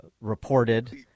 reported